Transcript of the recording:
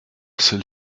celle